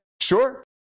Sure